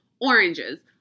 oranges